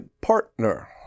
partner